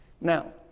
Now